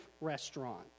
Restaurant